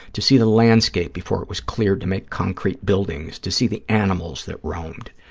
to see the landscape before it was cleared to make concrete buildings, to see the animals that roamed.